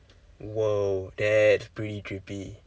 !whoa! that's pretty trippy